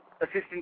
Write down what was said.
assistant